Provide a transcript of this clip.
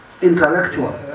intellectual